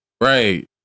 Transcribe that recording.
Right